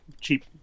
cheap